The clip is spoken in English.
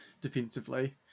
defensively